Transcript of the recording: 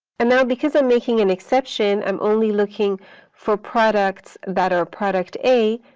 and now because i'm making an exception, i'm only looking for products that are product a,